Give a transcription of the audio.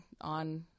on